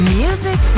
music